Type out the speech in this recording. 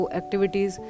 activities